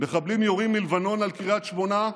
מחבלים יורים מלבנון על קריית שמונה?